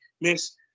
Miss